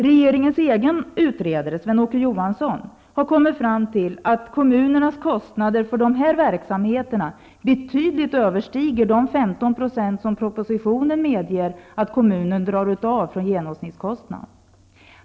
Regeringens egen utredare, Sven-Åke Johansson, har kommit fram till att kommunernas kostnader för dessa verksamheter betydligt överstiger de 15 % som propositionen medger att kommunen drar av från genomsnittskostnaden.